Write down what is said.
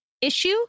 issue